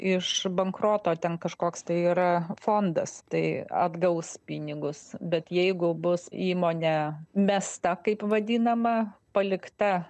iš bankroto ten kažkoks tai yra fondas tai atgaus pinigus bet jeigu bus įmonė mesta kaip vadinama palikta